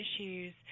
issues